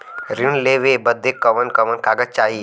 ऋण लेवे बदे कवन कवन कागज चाही?